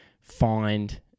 find